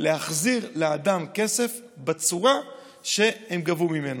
להחזיר לאדם כסף בצורה שהם גבו ממנו,